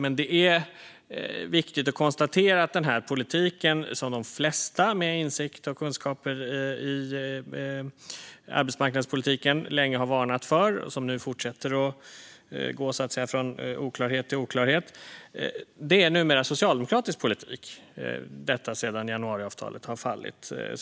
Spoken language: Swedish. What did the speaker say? Men det är viktigt att konstatera att den här politiken, som de flesta med insikter i och kunskaper om arbetsmarknadspolitiken länge har varnat för, fortsätter att gå från oklarhet till oklarhet. Och det är numera socialdemokratisk politik, sedan januariavtalet föll.